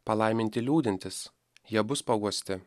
palaiminti liūdintys jie bus paguosti